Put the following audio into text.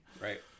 right